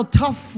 tough